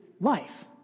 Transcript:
life